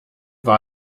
war